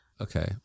okay